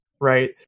right